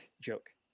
joke